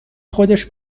خودش